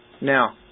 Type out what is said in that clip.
Now